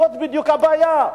זאת בדיוק הבעיה.